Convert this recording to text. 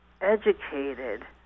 educated